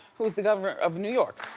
who is the governor of new york.